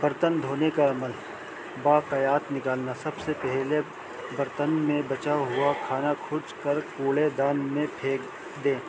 برتن دھونے کا عمل باقیاات نکالنا سب سے پہلے برتن میں بچاؤ ہوا کھانا کھج کر کوڑے دان میں پھینک دیں